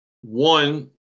One